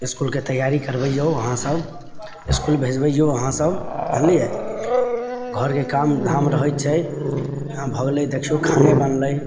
इसकुलके तैआरी करबैयौ अहाँ सब इसकुल भेजबैयौ अहाँ सब जनलियै घरके कामधाम रहैत छै इहाँ भऽ गेलै देखियौ खने बनलै